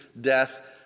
death